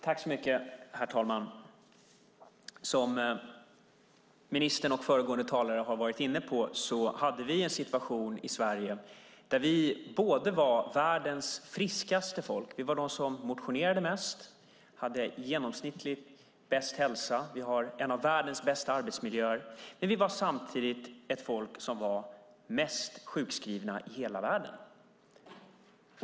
Herr talman! Som ministern och föregående talare har varit inne på hade vi en situation i Sverige där vi var världens friskaste folk. Vi var de som motionerade mest och som hade den genomsnittligt bästa hälsa och en av världens bästa arbetsmiljöer. Men vi var samtidigt det folk som var mest sjukskrivna i hela världen.